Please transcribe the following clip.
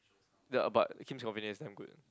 ya but Kim's Convenient is damn good